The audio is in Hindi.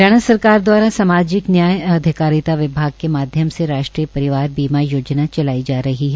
हरियाणा सरकार द्वारा सामाजिक न्याय एवं अधिकारिता विभाग के माध्यम से राष्ट्रीय परिवार बीमा योजना चलाई जा रही है